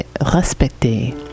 respecté